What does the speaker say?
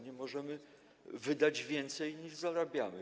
Nie możemy wydać więcej, niż zarabiamy.